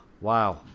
wow